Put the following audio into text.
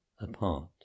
apart